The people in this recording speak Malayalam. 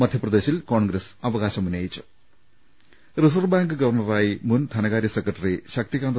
മധ്യപ്രദേശിൽ കോൺഗ്രസ് അവകാ ശമുന്നയിച്ചു റിസർവ് ബാങ്ക് ഗവർണറായി മുൻ ധനകാര്യ സെക്രട്ടറി ശക്തികാന്ത